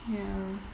ya